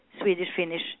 Swedish-Finnish